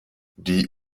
die